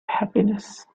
happiness